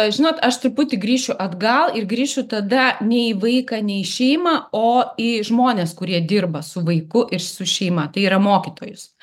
žinot aš truputį grįšiu atgal ir grįšiu tada ne į vaiką ne į šeimą o į žmones kurie dirba su vaiku ir su šeima tai yra mokytojus